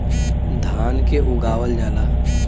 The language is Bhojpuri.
धान के उगावल जाला